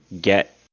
get